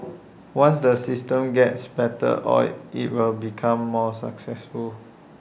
once the system gets better oiled IT will become more successful